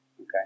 Okay